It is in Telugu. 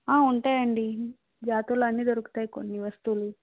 ఉంటాయి అండి జాతరలో అన్ని దొరుకుతాయి కొన్ని వస్తువులు